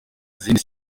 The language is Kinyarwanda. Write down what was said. zindi